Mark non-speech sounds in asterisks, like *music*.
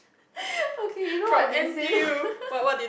*laughs* okay you know what they say or not *laughs*